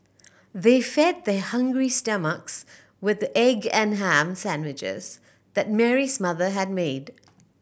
they fed their hungry stomachs with the egg and ham sandwiches that Mary's mother had made